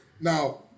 Now